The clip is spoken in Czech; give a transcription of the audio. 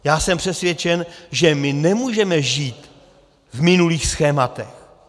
Já jsem přesvědčen, že my nemůžeme žít v minulých schématech.